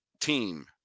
team